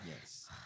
Yes